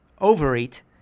overeat